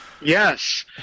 yes